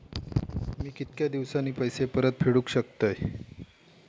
मी कीतक्या दिवसांनी पैसे परत फेडुक शकतय?